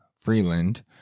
Freeland